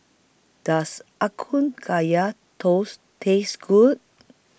Does Are Kun Kaya Toast Taste Good